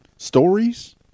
Stories